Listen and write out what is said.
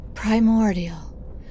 Primordial